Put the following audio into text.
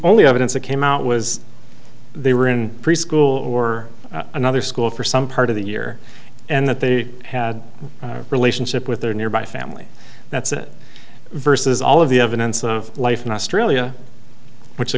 only evidence that came out was they were in preschool or another school for some part of the year and that they had a relationship with their nearby family that's it versus all of the evidence of life in australia which the